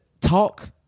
talk